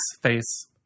Face